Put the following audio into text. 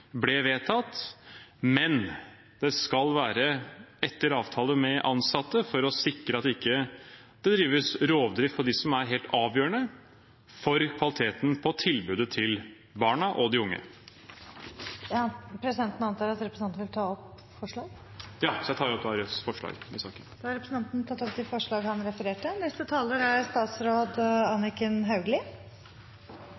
ble vedtatt. Men det skal være etter avtale med de ansatte for å sikre at det ikke drives rovdrift på dem som er helt avgjørende for kvaliteten på tilbudet til barna og de unge. Presidenten antar at representanten vil ta opp forslag. Ja, jeg tar opp Rødts forslag. Representanten Bjørnar Moxnes har tatt opp de forslagene han refererte